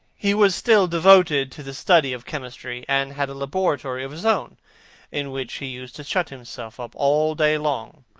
he was still devoted to the study of chemistry, and had a laboratory of his own in which he used to shut himself up all day long,